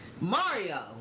Mario